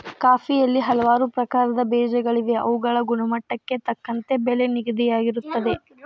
ಕಾಫಿಯಲ್ಲಿ ಹಲವಾರು ಪ್ರಕಾರದ ಬೇಜಗಳಿವೆ ಅವುಗಳ ಗುಣಮಟ್ಟಕ್ಕೆ ತಕ್ಕಂತೆ ಬೆಲೆ ನಿಗದಿಯಾಗಿರುತ್ತದೆ